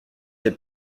t’ai